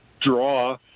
draw